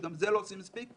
שגם את זה לא עושים מספיק,